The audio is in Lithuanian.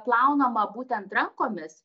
plaunama būtent rankomis